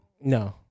No